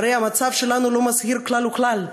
והרי המצב שלנו לא מזהיר כלל וכלל,